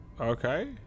Okay